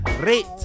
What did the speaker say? rate